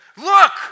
Look